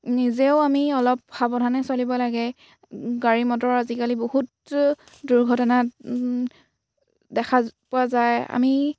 নিজেও আমি অলপ সাৱধানে চলিব লাগে গাড়ী মটৰ আজিকালি বহুত দুৰ্ঘটনাত দেখা পোৱা যায় আমি